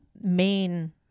main